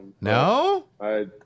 No